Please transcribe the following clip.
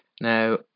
Now